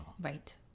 Right